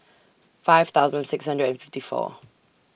five thousand six hundred and fifty four